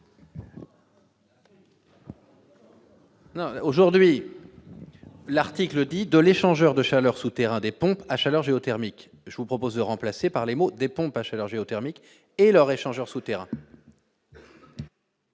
aujourd'hui, l'article 10 de l'échangeur de chaleur souterrain des pompes à chaleur géothermique, je vous propose de remplacer par les mots des pompes à chaleur géothermique et leur échangeurs souterrains.